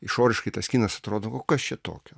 išoriškai tas kinas atrodo o kas čia tokio